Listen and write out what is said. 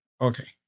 okay